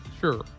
Sure